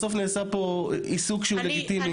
בסוף נעשה פה עיסוק שהוא לגיטימי.